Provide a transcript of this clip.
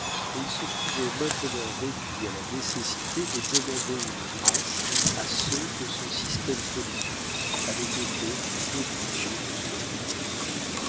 et il se trouvait maintenant réduit à la nécessité de demander une grâce à ceux que son système politique avait été d'obliger jusque